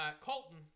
Colton